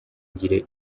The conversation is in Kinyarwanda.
ngire